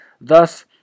Thus